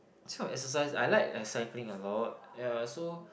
this kind of exercise I like like cycling a lot yeah so